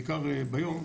בעיקר ביום,